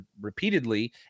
repeatedly